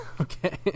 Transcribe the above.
okay